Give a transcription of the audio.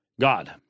God